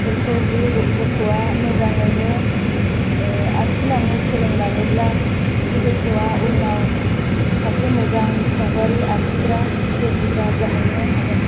फोरखौ बे गथ'आ मोजाङैनो आखिलाङो सोलोंलाङोब्ला बे गथ'आ उनाव सासे मोजां सावगारि आखिग्रा सोरजिग्रा जाहैनो हागोन